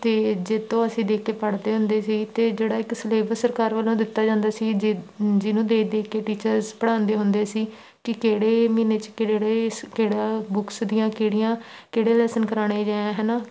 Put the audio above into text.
ਅਤੇ ਜਿਸ ਤੋਂ ਅਸੀਂ ਦੇਖ ਕੇ ਪੜ੍ਹਦੇ ਹੁੰਦੇ ਸੀ ਅਤੇ ਜਿਹੜਾ ਇੱਕ ਸਿਲੇਬਸ ਸਰਕਾਰ ਵੱਲੋਂ ਦਿੱਤਾ ਜਾਂਦਾ ਸੀ ਜਿ ਜਿਹਨੂੰ ਦੇਖ ਦੇਖ ਕੇ ਟੀਚਰਸ ਪੜ੍ਹਾਉਂਦੇ ਹੁੰਦੇ ਸੀ ਕਿ ਕਿਹੜੇ ਮਹੀਨੇ 'ਚ ਕਿਹੜੇ ਸ ਕਿਹੜਾ ਬੁਕਸ ਦੀਆਂ ਕਿਹੜੀਆਂ ਕਿਹੜੇ ਲੈਸਨ ਕਰਵਾਉਣੇ ਹੈ ਹੈ ਨਾ